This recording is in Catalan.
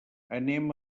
anem